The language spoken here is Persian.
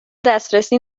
دسترسی